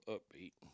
Upbeat